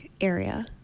area